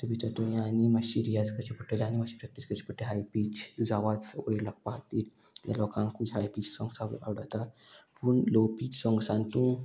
तितू भितर तुयें आनी मातशी रियाज करची पडटली आनी मातशी प्रॅक्टीस करची पडटली हाय पीच तुजो आवाज वयर लागपा खातीर ते लोकांकूय हाय पीच सोंग्सां आवडटात पूण लो पीच सोंग्सान तूं